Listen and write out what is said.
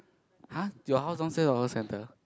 [huh] your house downstairs got hawker centre